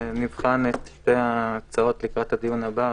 נבחן את שתי ההצעות לקראת הדיון הבא.